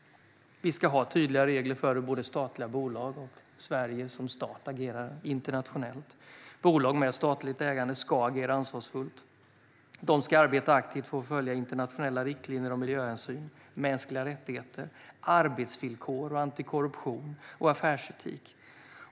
Vi ska ha tydliga regler för hur både statliga bolag och Sverige som stat agerar internationellt. Bolag med statligt ägande ska agera ansvarsfullt. De ska arbeta aktivt för att följa internationella riktlinjer om miljöhänsyn, mänskliga rättigheter, arbetsvillkor, antikorruption och affärsetik.